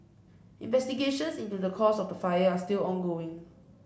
investigations into the cause of the fire are still ongoing